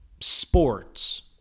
sports